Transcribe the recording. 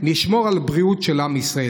נשמור על הבריאות של עם ישראל.